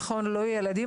נכון לא ילדים,